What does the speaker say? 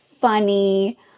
funny